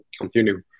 continue